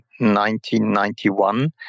1991